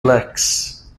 licks